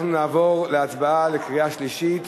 אנחנו נעבור להצבעה לקריאה שלישית.